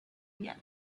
yet